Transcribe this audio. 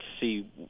see